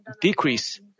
decrease